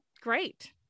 great